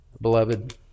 beloved